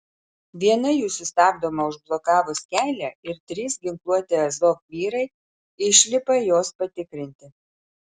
viena jų sustabdoma užblokavus kelią ir trys ginkluoti azov vyrai išlipa jos patikrinti